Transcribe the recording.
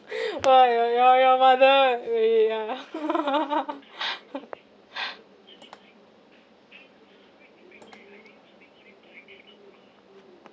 !wah! your your your mother really ya